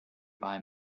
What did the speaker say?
buy